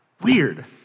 weird